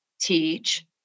teach